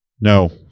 No